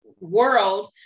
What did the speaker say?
world